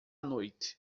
noite